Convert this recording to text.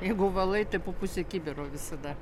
jeigu valai tai po pusę kibiro visada